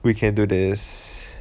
we can do this